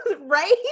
Right